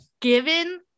given